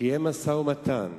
קיים משא-ומתן?